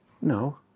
no